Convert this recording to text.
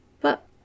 but